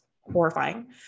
horrifying